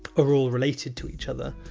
are all related to each other,